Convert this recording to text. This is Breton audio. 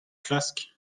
klask